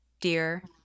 dear